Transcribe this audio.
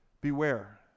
beware